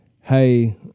Hey